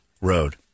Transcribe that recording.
Road